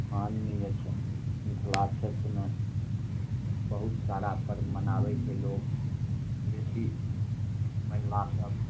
माननीय छै मिथिला क्षेत्रमे बहुत सारा परब मनाबै छै लोक बेसी महिलासभ